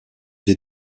des